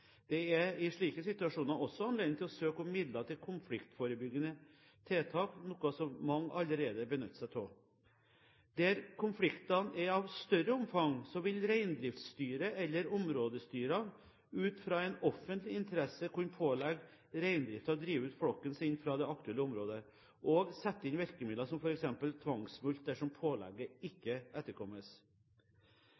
Det er i slike situasjoner også anledning til å søke om midler til konfliktforebyggende tiltak, noe som mange allerede benytter seg av. Der konfliktene er av større omfang, vil Reindriftsstyret eller områdestyrene ut fra en offentlig interesse kunne pålegge reindriften å drive ut flokken sin fra det aktuelle området og sette inn virkemidler som f.eks. tvangsmulkt dersom pålegget